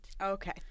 okay